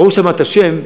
וראו שם את השם,